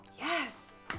Yes